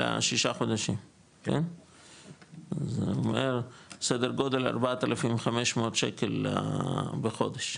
לשישה חודשים, זה אומר סדר גודל 4,500 שקל בחודש